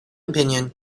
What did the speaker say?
opinion